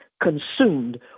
consumed